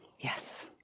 Yes